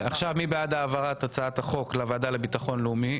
ועכשיו מי בעד העברת הצעת החוק מוועדה החוקה לוועדה לביטחון לאומי?